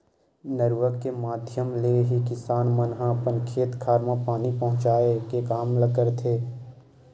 नरूवा के माधियम ले ही किसान मन अपन खेत खार म पानी पहुँचाय के काम ल करथे